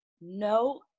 no